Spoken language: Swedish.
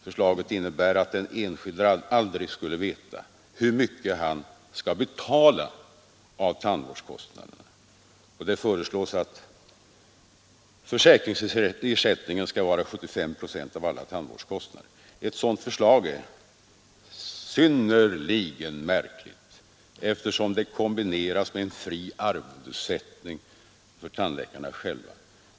Förslaget innebär att den enskilde aldrig skulle veta hur mycket han skall betala av tandvårdskostnaderna. Vidare föreslås att försäkringsersättningen skall vara 75 procent av alla tandvårdskostnader. Ett sådant förslag är synnerligen märkligt, eftersom det kombineras med fri arvodessättning för tandläkarna.